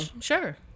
Sure